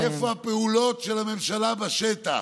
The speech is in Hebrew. איפה הפעולות של הממשלה בשטח.